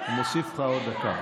אני מוסיף לך עוד דקה.